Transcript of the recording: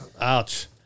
Ouch